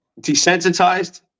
desensitized